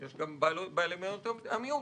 כמו בעלי מניות המיעוט,